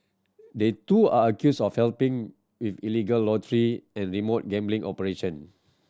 they too are accused of helping with illegal lottery and remote gambling operation